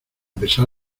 pesar